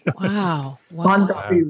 Wow